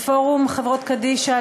לפורום חברות קדישא,